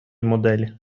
моделі